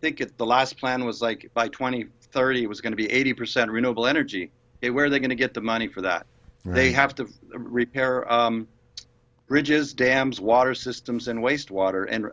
think at the last plan was like by twenty thirty it was going to be eighty percent renewable energy it where are they going to get the money for that they have to repair ridges dams water systems and waste water and